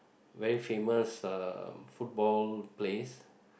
very famous uh football place